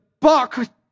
buck